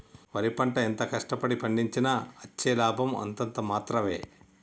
వరి పంట ఎంత కష్ట పడి పండించినా అచ్చే లాభం అంతంత మాత్రవే